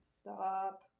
Stop